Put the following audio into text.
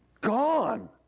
gone